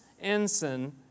ensign